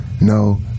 no